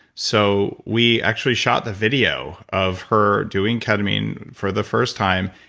so we actually shot the video of her doing ketamine for the first time,